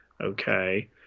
okay